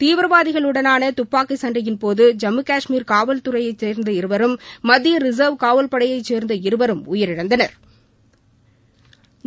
தீவிரவாதிகளுடனாள துப்பாக்கி சண்டையின் போது ஜம்மு காஷ்மீர் காவல்துறையை சேர்ந்த இருவரும் மத்திய ரிச்வ் காவல் படையை சேர்ந்த இருவரும் உயிரிழந்தனா்